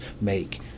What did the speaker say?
make